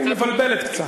מבלבלת קצת.